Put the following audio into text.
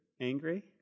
Angry